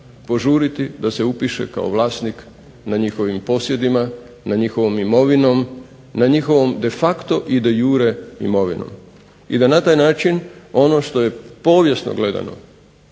požuriti da se upiše kao vlasnik na njihovim posjedima, na njihovom imovinom, na de facto i de iure imovinom. I da na taj način ono što je povijesno gledano